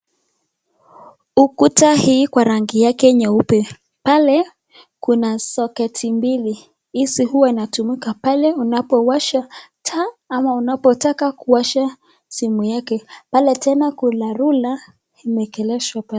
Ukuta hii kwa rangi yake nyeupe pale kuna soketi mbili hizi huwa inatumika pale unapoasha taa ama unapotaka kuwasha simu yake pale tena kuna rula imewekeleshwa pale.